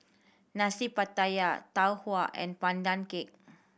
Nasi Pattaya Tau Huay and Pandan Cake